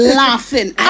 laughing